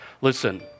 Listen